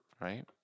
right